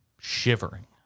shivering